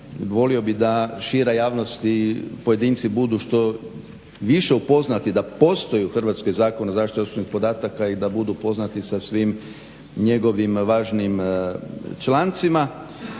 volio bih da šira javnost i pojedinci budu što više upoznati da postoji u Hrvatskoj Zakon o zaštiti osobnih podataka i da budu upoznati sa svim njegovim važnim člancima.